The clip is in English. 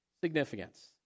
significance